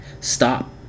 Stop